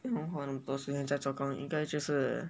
不用花那么多时间在做工应该就是